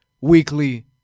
weekly